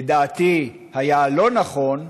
לדעתי היה לא נכון,